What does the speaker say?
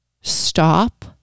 Stop